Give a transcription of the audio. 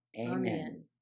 Amen